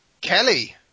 Kelly